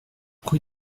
rue